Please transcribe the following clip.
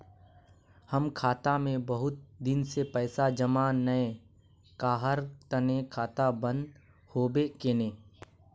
हम खाता में बहुत दिन से पैसा जमा नय कहार तने खाता बंद होबे केने?